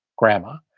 grandma.